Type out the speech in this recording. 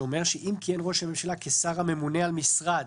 שאומר שאם כיהן ראש הממשלה כשר הממונה על משרד